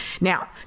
Now